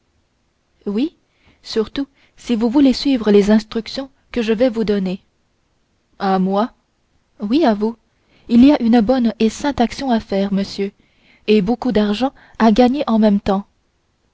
oui surtout si vous voulez suivre les instructions que je vais vous donner à moi oui à vous il y a une bonne et sainte action à faire monsieur et beaucoup d'argent à gagner en même temps